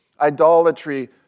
idolatry